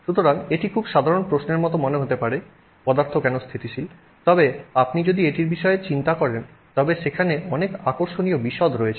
সুতরাং এটি খুব সাধারণ প্রশ্নের মতো মনে হতে পারে পদার্থ কেন স্থিতিশীল তবে আপনি যদি এটির বিষয়ে চিন্তা করেন তবে সেখানে অনেক আকর্ষণীয় বিশদ রয়েছে